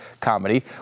comedy